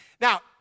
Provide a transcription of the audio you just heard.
Now